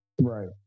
Right